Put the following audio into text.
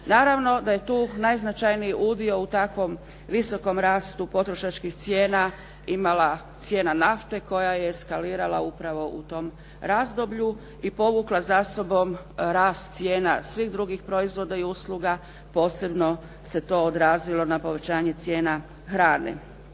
Naravno da je tu najznačajniji udio u takvom visokom rastu potrošačkih cijena imala cijena nafte koja je eskalirala upravo u tom razdoblju i povukla za sobom rast cijena svih drugih proizvoda i usluga, posebno se to odrazilo na povećanje cijena hrane.